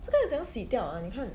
这个怎样你掉 ah 你看